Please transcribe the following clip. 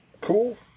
Cool